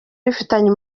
bifitanye